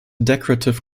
decorative